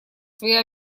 свои